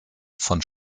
von